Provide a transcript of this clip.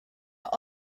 are